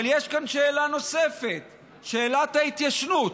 אבל יש כאן שאלה נוספת, שאלת ההתיישנות.